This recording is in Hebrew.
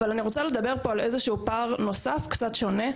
אבל אני רוצה לדבר על פער נוסף וקצת שונה.